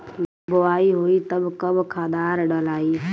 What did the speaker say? बोआई होई तब कब खादार डालाई?